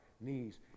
knees